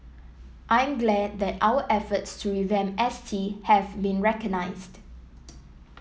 I'm glad that our efforts to revamp S T have been recognised